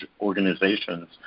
organizations